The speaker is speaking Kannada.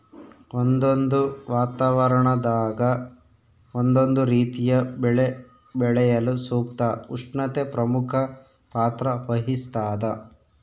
ಒಂದೊಂದು ವಾತಾವರಣದಾಗ ಒಂದೊಂದು ರೀತಿಯ ಬೆಳೆ ಬೆಳೆಯಲು ಸೂಕ್ತ ಉಷ್ಣತೆ ಪ್ರಮುಖ ಪಾತ್ರ ವಹಿಸ್ತಾದ